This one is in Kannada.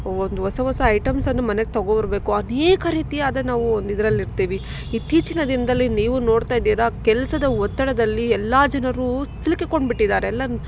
ಒಂದು ಹೊಸ ಹೊಸ ಐಟಮ್ಸನ್ನು ಮನೆಗೆ ತೊಗೊಬರ್ಬೇಕು ಆನೇಕ ರೀತಿಯಾದ ನಾವು ಒಂದು ಇದ್ರಲ್ಲಿ ಇರ್ತೀವಿ ಇತ್ತೀಚಿನ ದಿನದಲ್ಲಿ ನೀವು ನೋಡ್ತಾ ಇದ್ದೀರಾ ಕೆಲಸದ ಒತ್ತಡದಲ್ಲಿ ಎಲ್ಲ ಜನರು ಸಿಲುಕಿಕೊಂಡು ಬಿಟ್ಟಿದ್ದಾರೆ ಎಲ್ಲ